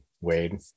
Wade